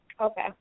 Okay